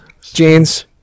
jeans